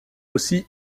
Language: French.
aussi